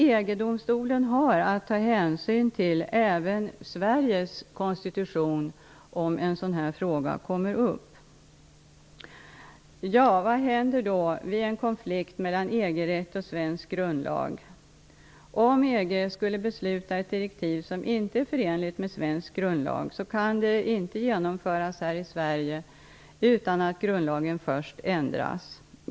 EG-domstolen har alltså att ta hänsyn även till Sveriges konstitution om en sådan här fråga kommer upp. Vad händer då vid en konflikt mellan EG-rätt och svensk grundlag? Om EG skulle besluta om ett direktiv som inte är förenligt med svensk grundlag, kan det inte genomföras här i Sverige utan att grundlagen först ändras.